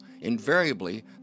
invariably